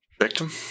Victim